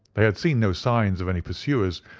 they had seen no signs of any pursuers,